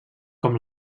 com